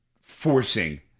forcing